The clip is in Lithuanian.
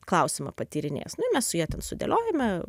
klausimą patyrinės mes su ja ten sudėliojome